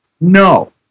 No